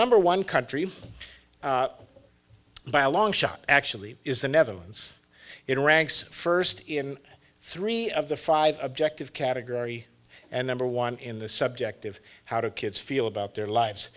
number one country by a long shot actually is the netherlands it ranks first in three of the five objective category and number one in the subjective how to kids feel about their lives